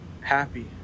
happy